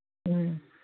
ꯎꯝ